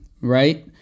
right